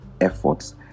efforts